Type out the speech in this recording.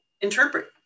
interpret